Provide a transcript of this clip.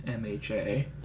MHA